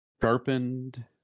sharpened